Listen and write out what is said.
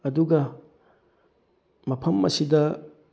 ꯑꯗꯨꯒ ꯃꯐꯝ ꯑꯁꯤꯗ